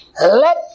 Let